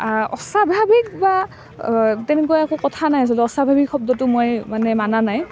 অস্বাভাৱিক বা তেনেকুৱা একো কথা নাই অস্বাভাৱিক শব্দটো মই মনা নাই